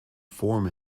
form